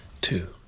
two